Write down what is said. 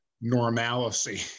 normalcy